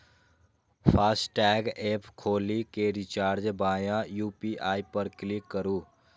FASTag app खोलि कें recharge via UPI पर क्लिक करू